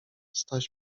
staś